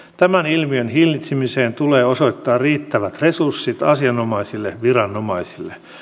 tämän ilmiön hillitsemiseen tulee osoittaa riittävät resurssit asianomaisille viranomaisille